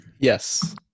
yes